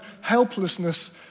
helplessness